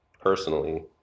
personally